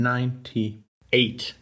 Ninety-eight